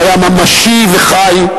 הוא היה ממשי וחי,